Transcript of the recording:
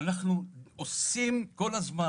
אנחנו עוסקים כל הזמן,